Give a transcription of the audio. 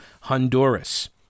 Honduras